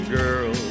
girl